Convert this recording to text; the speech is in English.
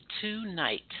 tonight